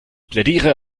plädiere